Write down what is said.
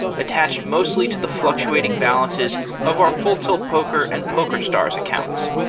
attached mostly to the fluctuating balances of our full tilt poker and poker stars accounts.